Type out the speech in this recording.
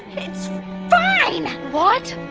it's fine! what?